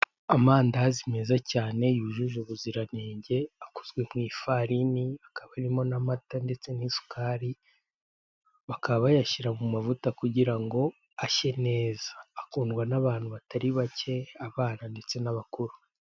Amandazi meza cyane, yujuje ubuziranenge, akozwe mu ifarini akaba arimo n'amata ndetse n'isukari, bakaba bayashyira mu mavuta kugira ngo ashye neza, akundwa n'abantu batari bake, abana ndetse n'abantu bakuru.